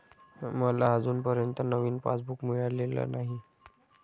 मला अजूनपर्यंत नवीन पासबुक मिळालेलं नाही